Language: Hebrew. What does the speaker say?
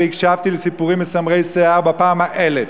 והקשבתי לסיפורים מסמרי שיער בפעם האלף,